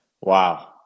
Wow